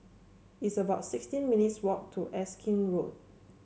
it's about sixteen minutes' walk to Erskine Road